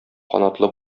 канатлы